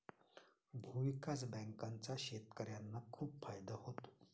भूविकास बँकांचा शेतकर्यांना खूप फायदा होतो